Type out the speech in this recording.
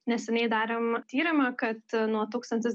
neseniai darėm tyrimą kad nuo tūkstantis